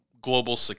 global